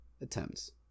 attempts